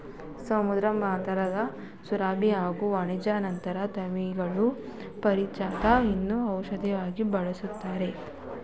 ಸಮುದ್ರ ಮಥನದಲ್ಲಿ ಸುರಭಿ ಹಾಗೂ ವಾರಿಣಿ ನಂತರ ಜನ್ಸಿದ್ದು ಪಾರಿಜಾತ ಇದ್ನ ಔಷ್ಧಿಯಾಗಿ ಬಳಸ್ತಾರೆ